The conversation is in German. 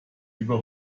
über